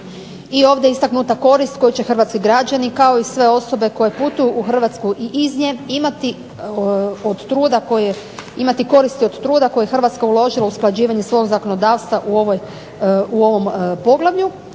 I ovdje je istaknuta korist koju će hrvatski građani kao i sve osobe koje putuju u Hrvatsku i iz nje imati koristi od truda koji je Hrvatska uložila u usklađivanje svog zakonodavstva u ovom poglavlju.